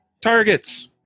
Targets